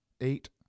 eight